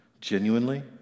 genuinely